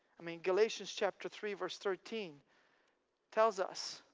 i mean galatians chapter three verse thirteen tells us